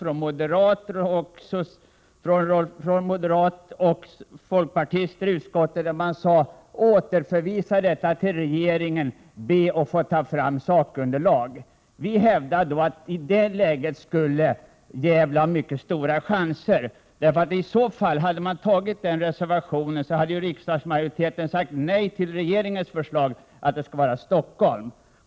Utskottets moderata och folkpartistiska företrädare yrkade att ärendet skulle återförvisas till regeringen för att ytterligare sakunderlag skulle kunna tas fram. Vi hävdade då att i det läget hade Gävles chanser ökat. Om vårt yrkande hade bifallits skulle riksdagsmajoriteten ha avslagit 103 regeringens förslag att lokaliseringsorten skulle vara Stockholm.